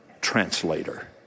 translator